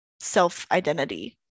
self-identity